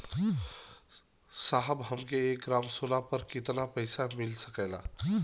साहब हमके एक ग्रामसोना पर कितना पइसा मिल सकेला?